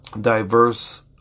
diverse